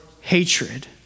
hatred